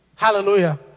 Hallelujah